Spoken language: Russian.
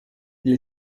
для